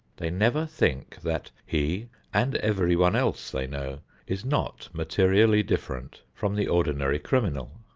they never think that he and everyone else they know is not materially different from the ordinary criminal.